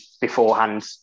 beforehand